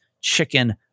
Chicken